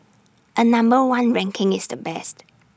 A number one ranking is the best